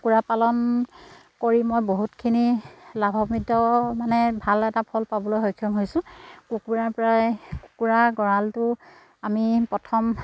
কুকুৰা পালন কৰি মই বহুতখিনি লাভাম্বিত মানে ভাল এটা ফল পাবলৈ সক্ষম হৈছোঁ কুকুুৰাৰপৰাই কুকুৰা গঁৰালটো আমি প্ৰথম